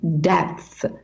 depth